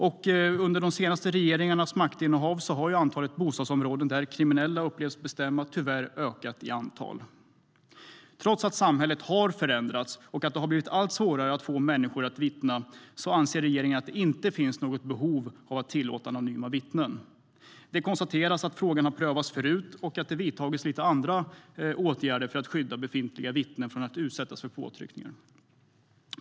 Och under de senaste regeringarnas maktinnehav har antalet bostadsområden där kriminella upplevs bestämma tyvärr ökat i antal. Trots att samhället har förändrats och att det blivit allt svårare att få människor att vittna anser regeringen att det inte finns något behov av att tillåta anonyma vittnen. Det konstateras att frågan har prövats förut och att det har vidtagits lite andra åtgärder för att skydda befintliga vittnen från att utsättas för påtryckningar.